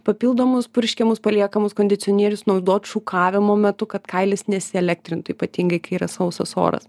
papildomus purškiamus paliekamus kondicionierius naudot šukavimo metu kad kailis nesielektrintų ypatingai kai yra sausas oras